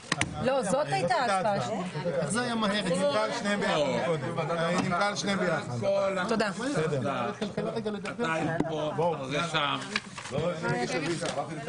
10:45.